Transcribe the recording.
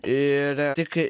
ir tik